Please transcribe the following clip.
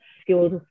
skills